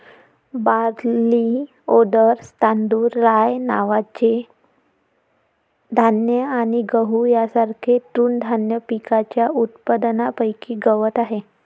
barley, oats, तांदूळ, rye नावाचे धान्य आणि गहू यांसारख्या तृणधान्य पिकांच्या उत्पादनापैकी गवत आहे